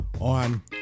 on